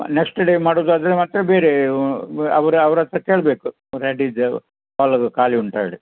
next day ಮಾಡುವುದಾದ್ರೆ ಮತ್ತೆ ಬೇರೆ ಅವ್ರ ಅವ್ರ ಹತ್ತಿರ ಕೇಳಬೇಕು ರೆಡಿಯಿದೆಯಾ ಹಾಲೆಲ್ಲ ಖಾಲಿ ಉಂಟಾ ಹೇಳಿ